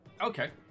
Okay